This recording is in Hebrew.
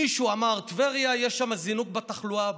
מישהו אמר שבטבריה יש זינוק בתחלואה,